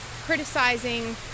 criticizing